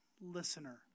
listener